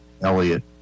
Elliot